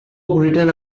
written